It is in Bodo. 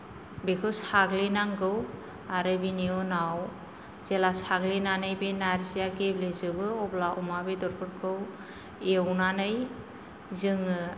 बेखौ साग्लिनांगौ आरो बेनि उनाव जेला साग्लिनानै बे नारजिया गेब्लेजोबो अब्ला अमा बेदरफोरखौ एवनानै जोङो